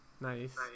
Nice